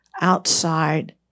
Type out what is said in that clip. outside